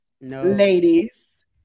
ladies